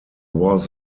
was